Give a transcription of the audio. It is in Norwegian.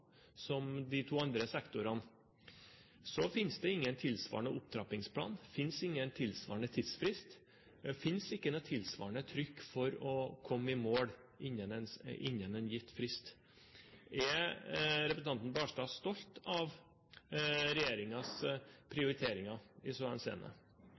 som de to andre sektorene, finnes det ingen tilsvarende opptrappingsplan, det finnes ingen tilsvarende tidsfrist – det finnes ikke noe tilsvarende trykk for å komme i mål innen en gitt frist. Er representanten Barstad stolt av